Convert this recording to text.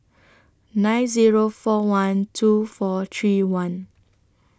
nine Zero four one two four three one